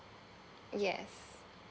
yes